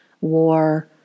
war